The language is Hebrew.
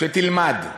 שתלמד.